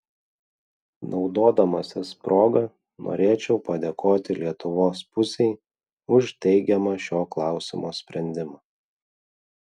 naudodamasis proga norėčiau padėkoti lietuvos pusei už teigiamą šio klausimo sprendimą